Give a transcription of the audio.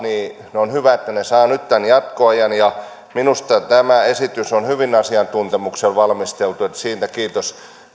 saavat nyt tämän jatkoajan minusta tämä esitys on hyvin asiantuntemuksella valmisteltu siitä kiitos